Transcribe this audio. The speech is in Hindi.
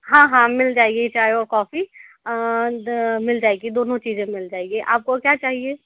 हाँ हाँ मिल जाएगी चाय और कॉफ़ी मिल जाएगी दोनों चीज़ें मिल जाएगी आपको क्या चाहिए